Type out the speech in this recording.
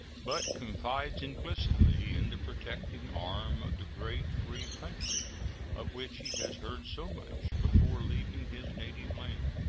but confides implicitly in the protecting arm of the great, free country of which he has heard so much before leaving his native land.